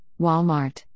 Walmart